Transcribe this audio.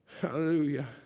Hallelujah